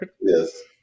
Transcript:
yes